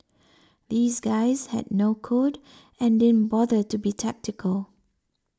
these guys had no code and didn't bother to be tactical